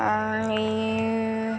आणि